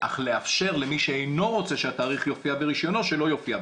אך לאפשר למי שאינו רוצה שהתאריך יופיע ברישיונו שאינו יופיע.